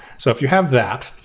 so if you have that,